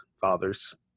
fathers